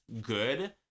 good